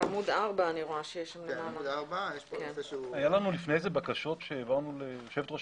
בעמוד 4. היו לנו לפני זה בקשות שהעברנו ליושבת ראש